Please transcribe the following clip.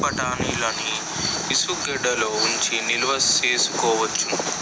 పచ్చిబఠాణీలని ఇసుగెడ్డలలో ఉంచి నిలవ సేసుకోవచ్చును